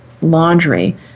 laundry